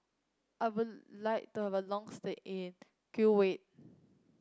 I would like to have a long stay in Kuwait